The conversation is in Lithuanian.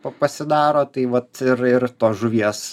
pasidaro tai vat ir ir tos žuvies